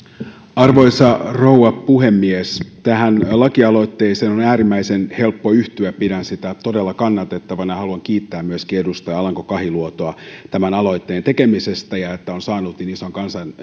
arvoisa rouva puhemies tähän lakialoitteeseen on äärimmäisen helppo yhtyä pidän sitä todella kannatettavana ja haluan myöskin kiittää edustaja alanko kahiluotoa aloitteen tekemisestä ja siitä että on saanut niin ison